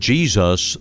Jesus